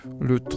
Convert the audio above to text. le